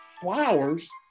flowers